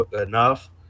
enough